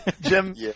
Jim